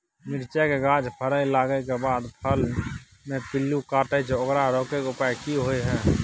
मिरचाय के गाछ फरय लागे के बाद फल में पिल्लू काटे छै ओकरा रोके के उपाय कि होय है?